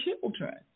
children